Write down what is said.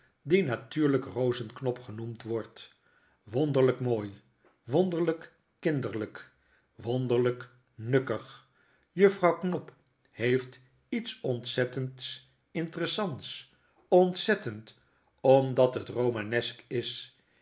die natuurlp rozeknop genoemd wordt wonderljjk mooi wonderlp kijaderlgk wonderlijk nukkig juffrouw knop heeft iets ontzettends interessants ontzettend omdat het romanesk is